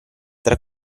tra